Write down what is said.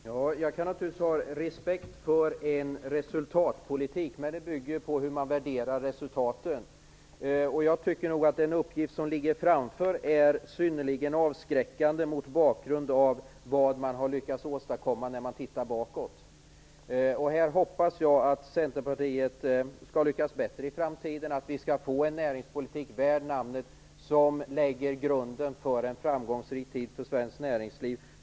Herr talman! Jag kan naturligtvis ha respekt för en resultatpolitik, men det bygger på hur man värderar resultaten. Jag tycker att den uppgift som ligger framför er är synnerligen avskräckande, mot bakgrund av vad man har lyckats åstadkomma bakåt. Jag hoppas att Centerpartiet skall lyckas bättre i framtiden och att vi skall få en näringspolitik värd namnet som lägger grunden för en framgångsrik tid för svenskt näringliv.